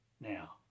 now